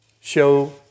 show